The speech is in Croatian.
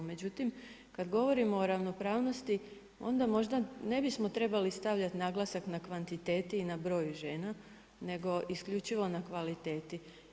Međutim, kad govorimo o ravnopravnosti onda možda ne bismo trebali stavljati naglasak na kvantiteti i na broju žena, nego isključivo na kvaliteti.